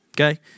okay